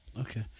Okay